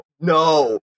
No